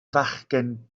fachgen